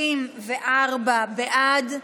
34 בעד,